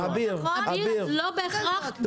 לא בהכרח בכלל.